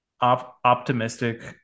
optimistic